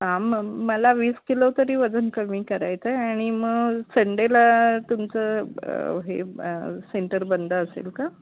हां मग मला वीस किलो तरी वजन कमी करायचं आहे आणि मग संडेला तुमचं हे सेंटर बंद असेल का